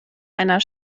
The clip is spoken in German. einer